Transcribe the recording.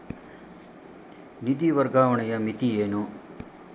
ನಿಧಿ ವರ್ಗಾವಣೆಯ ಮಿತಿ ಏನು?